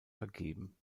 vergeben